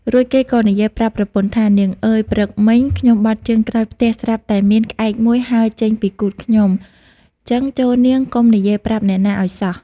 រួចគេក៏និយាយប្រាប់ប្រពន្ធថា៖ "នាងអើយ ព្រឹកមិញ ខ្ញុំបត់ជើងក្រោយផ្ទះ ស្រាប់តែមានក្អែកមួយហើរចេញពីគូទខ្ញុំ ចឹងចូរនាងកុំនិយាយប្រាប់អ្នកណាឱ្យសោះ"។